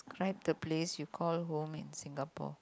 write the place you call home in Singapore